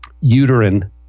Uterine